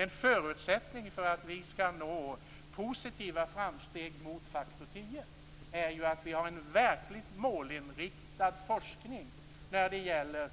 En förutsättning för att vi skall nå positiva framsteg mot faktor 10 är ju att vi har en verkligt målinriktad forskning när det gäller